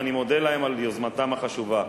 ואני מודה להם על יוזמתם החשובה.